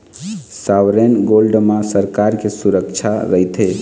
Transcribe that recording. sovereign gold म सरकार के सुरक्छा रहिथे